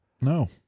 No